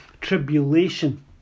tribulation